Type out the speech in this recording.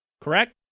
correct